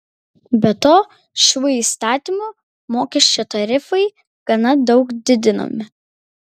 be to šiuo įstatymu mokesčio tarifai gana daug didinami